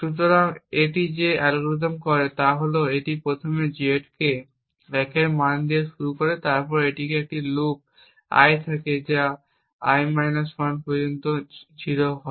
সুতরাং এটি যে অ্যালগরিদমটি করে তা হল এটি প্রথমে Z কে 1 এর মান দিয়ে শুরু করে এবং তারপরে এটির একটি লুপ i থাকে l 1 থেকে 0 পর্যন্ত হয়